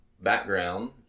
background